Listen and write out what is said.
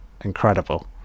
incredible